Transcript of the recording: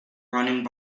running